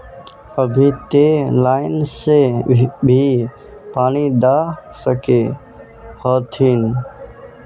अभी ते लाइन से भी पानी दा सके हथीन?